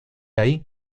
ahí